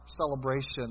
celebration